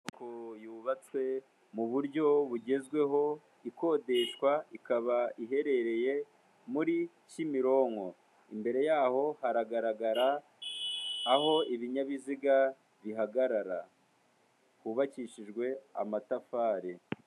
Inzu yubatswe mu buryo bugezweho ikodeshwa ikaba iherereye muri Kimironko. Imbere y'aho haragaragara aho ibinyabiziga bihagarara hubakishijwe amatafari.